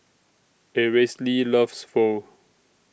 Aracely loves Pho